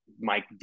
Mike